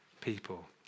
people